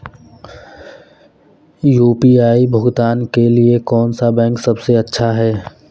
UPI भुगतान के लिए कौन सा बैंक सबसे अच्छा है?